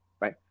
right